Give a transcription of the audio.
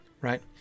right